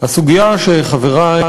הסוגיה שחברי,